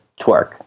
twerk